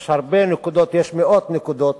יש הרבה נקודות, יש מאות נקודות,